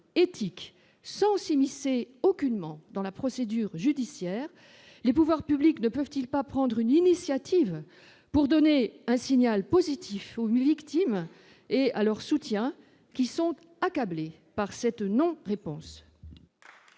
éthique aussi immiscé aucunement dans la procédure judiciaire, les pouvoirs publics ne peuvent-ils pas prendre une initiative pour donner un signal positif aux victimes et à leurs soutiens qui sont accablés par cette non-réponse.